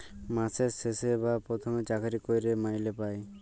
মাসের শেষে বা পথমে চাকরি ক্যইরে মাইলে পায়